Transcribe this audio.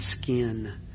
skin